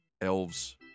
elves